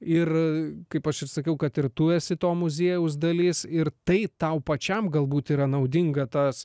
ir kaip aš ir sakiau kad ir tu esi to muziejaus dalis ir tai tau pačiam galbūt yra naudinga tas